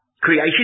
creation